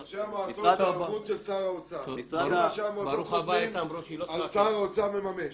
ראשי המועצות חותמים ושר האוצר מממש.